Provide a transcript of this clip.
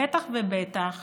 בטח ובטח